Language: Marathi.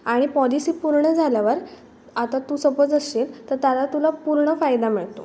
आणि पॉलिसी पूर्ण झाल्यावर आता तू सपोज असशील तर त्याचा तुला पूर्ण फायदा मिळतो